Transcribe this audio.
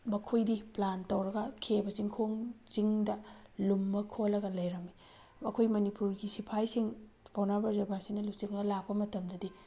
ꯃꯈꯣꯏꯗꯤ ꯄ꯭ꯂꯥꯟ ꯇꯧꯔꯒ ꯈꯦꯕꯥ ꯆꯤꯡꯈꯣꯡ ꯆꯤꯡꯗ ꯂꯨꯝꯃ ꯈꯣꯠꯂꯒ ꯂꯩꯔꯝꯃꯤ ꯃꯈꯣꯏ ꯃꯅꯤꯃꯨꯔꯒꯤ ꯁꯤꯐꯥꯏꯁꯤꯡ ꯄꯥꯎꯅꯥ ꯕ꯭ꯔꯖꯕꯥꯁꯤꯅ ꯂꯨꯆꯤꯡꯉ ꯂꯥꯛꯄ ꯃꯇꯝꯗꯗꯤ